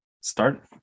start